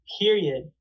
period